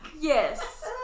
yes